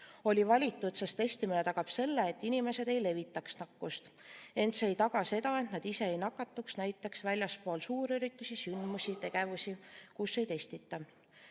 sellepärast, et testimine tagab, et inimesed ei levitaks nakkust, ent see ei taga seda, et nad ise ei nakatuks, näiteks väljaspool suurüritusi, sündmusi, tegevusi, kus ei testita.